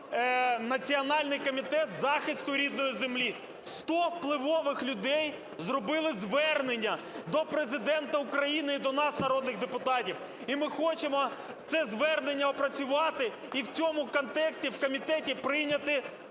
Національний комітет захисту рідної землі. Сто впливових людей зробили звернення до Президента України і до нас, народних депутатів. І ми хочемо це звернення опрацювати і в цьому контексті в комітеті прийняти